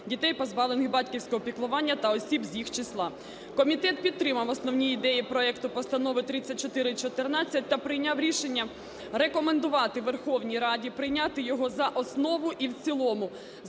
дітей, позбавлених батьківського піклування та осіб з їх числа. Комітет підтримав основні ідеї проекту Постанови 3414 та прийняв рішення рекомендувати Верховній Раді прийняти його за основу і в цілому